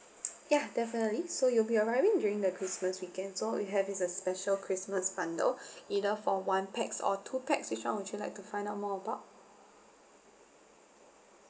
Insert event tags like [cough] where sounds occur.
ya definitely so you'll be arriving during the christmas weekend so we have is a special christmas bundle [breath] either for one pax or two pax which [one] would you like to find out more about